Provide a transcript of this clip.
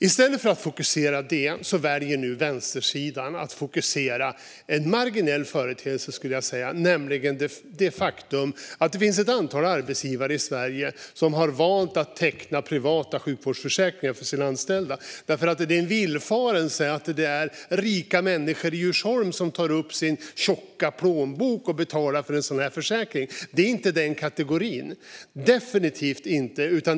I stället för att fokusera på det väljer nu vänstersidan att fokusera på en marginell företeelse, skulle jag vilja säga, nämligen det faktum att det finns ett antal arbetsgivare i Sverige som har valt att teckna privata sjukvårdsförsäkringar för sina anställda. Det är en villfarelse att det är rika människor i Djursholm som tar upp sin tjocka plånbok och betalar för en sådan försäkring. Det är definitivt inte den kategorin.